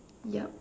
yup